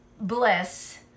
bliss